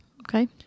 Okay